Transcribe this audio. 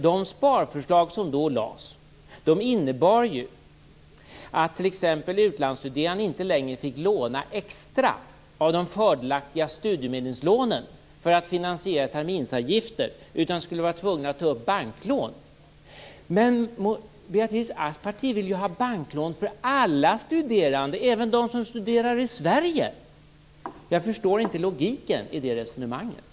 De sparförslag som då lades fram innebar t.ex. att en utlandsstuderande inte längre fick låna extra av de fördelaktiga studiemedelslånen för att finansiera terminsavgifter, utan de skulle vara tvungna att ta banklån. Men Beatrice Asks parti vill ju ha banklån för alla studerande, även för dem som studerar i Sverige. Jag förstår inte logiken i det resonemanget.